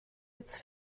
its